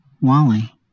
Wally